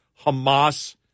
Hamas